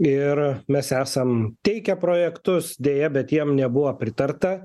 ir mes esam teikę projektus deja bet jiem nebuvo pritarta